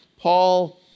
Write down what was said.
Paul